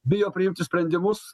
bijo priimti sprendimus